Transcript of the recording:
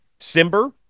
Simber